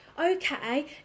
okay